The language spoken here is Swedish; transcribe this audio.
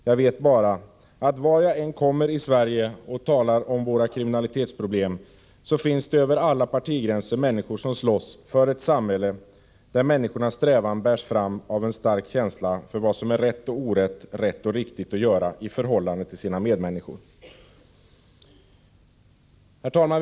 Jag vet bara att vart jag än kommer i Sverige och talar om våra kriminalitetsproblem, så finns det över alla partigränser människor som slåss för ett samhälle där människornas strävan bärs fram av en stark känsla för vad som är rätt och orätt, rätt och riktigt att göra i förhållande till sina medmänniskor. Herr talman!